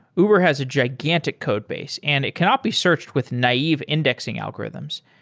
uber has a gigantic codebase and it cannot be searched with naive indexing algorithms.